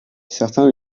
certains